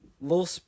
little